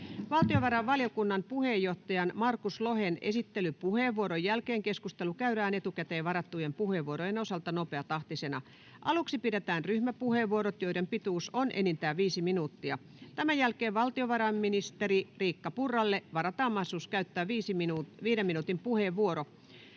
Valtiovarainvaliokunnan puheenjohtajan Markus Lohen esittelypuheenvuoron jälkeen keskustelu käydään etukäteen varattujen puheenvuorojen osalta nopeatahtisena. Aluksi pidetään ryhmäpuheenvuorot, joiden pituus on enintään viisi minuuttia. Tämän jälkeen valtiovarainministeri Riikka Purralle varataan mahdollisuus käyttää viiden minuutin puheenvuoro.